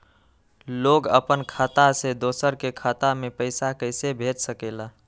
लोग अपन खाता से दोसर के खाता में पैसा कइसे भेज सकेला?